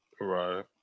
right